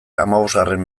hamabosgarren